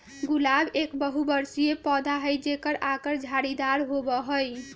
गुलाब एक बहुबर्षीय पौधा हई जेकर आकर झाड़ीदार होबा हई